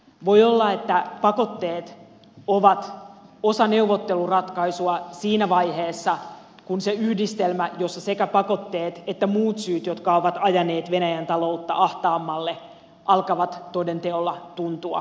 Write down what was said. voi olla että pakotteet ovat osa neuvotteluratkaisua siinä vaiheessa kun se yhdistelmä jossa on sekä pakotteet että muut syyt jotka ovat ajaneet venäjän taloutta ahtaammalle alkaa toden teolla tuntua venäjällä